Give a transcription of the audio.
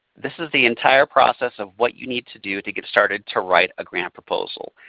this is the entire process of what you need to do to get started to write a grant proposal.